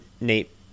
Nate